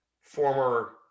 former